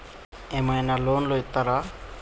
ఏమైనా లోన్లు ఇత్తరా?